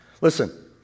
Listen